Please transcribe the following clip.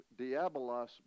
diabolos